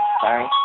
sorry